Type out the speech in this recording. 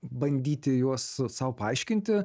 bandyti juos sau paaiškinti